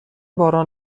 باران